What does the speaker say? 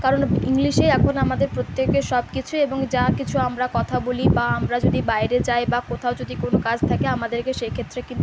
কারণ ইংলিশেই এখন আমাদের প্রত্যেকের এখন সব কিছু এবং যা কিছু আমরা কথা বলি বা আমরা যদি বাইরে যাই বা কোথাও যদি কোনও কাজ থাকে আমাদেরকে সেক্ষেত্রে কিন্তু